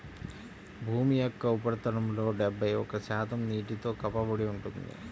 భూమి యొక్క ఉపరితలంలో డెబ్బై ఒక్క శాతం నీటితో కప్పబడి ఉంది